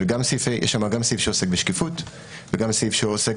יש שם גם סעיף שעוסק בשקיפות וגם סעיף שעוסק